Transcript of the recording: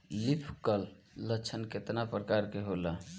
Leaf curl लक्षण केतना परकार के होला?